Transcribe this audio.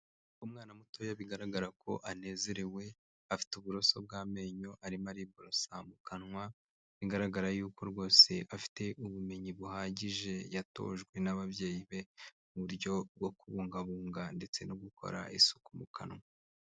Umwana mutoya bigaragara ko anezerewe, afite uburoso bw'amenyo arimo ariborosa mu kanwa, bigaragara yuko rwose afite ubumenyi buhagije yatojwe n'ababyeyi be mu buryo bwo kubungabunga ndetse no gukora isuku mu kanwa.